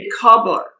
cobbler